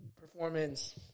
Performance